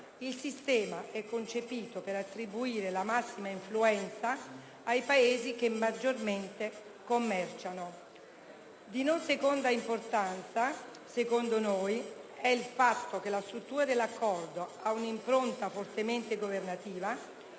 il sistema è concepito per attribuire la massima influenza ai Paesi che maggiormente commerciano. Di non secondaria rilevanza, secondo noi, è il fatto che la struttura dell'Accordo abbia un'impronta fortemente governativa,